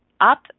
up